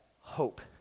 hope